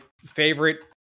favorite